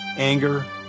Anger